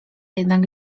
jednak